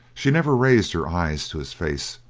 she never raised her eyes to his face,